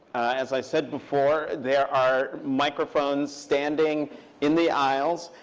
as i said before, there are microphones standing in the aisles.